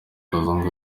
kazungu